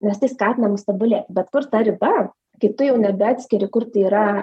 nes tai skatina mus tobulėti bet kur ta riba kai tu jau nebeatskiri kur tai yra